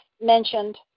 mentioned